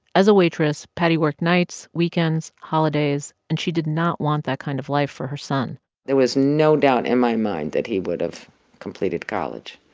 as a waitress, patty worked nights, weekends, holidays. and she did not want that kind of life for her son there was no doubt in my mind that he would've completed college